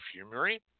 perfumery